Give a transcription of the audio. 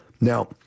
Now